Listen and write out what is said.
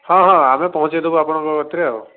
ହଁ ହଁ ଆମେ ପହଁଞ୍ଚେଇ ଦେବୁ ଆପଣଙ୍କ କତିରେ ଆଉ